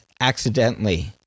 accidentally